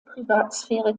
privatsphäre